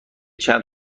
چند